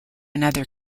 another